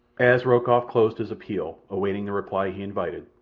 as rokoff closed his appeal, awaiting the reply he invited,